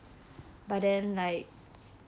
but then like